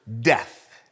death